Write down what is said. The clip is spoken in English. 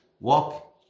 walk